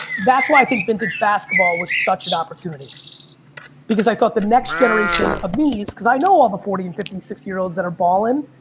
that's why i think vintage basketball was such an opportunity because i thought the next generation of me is, cause i know all the forty and fifty, sixty year olds that are balling,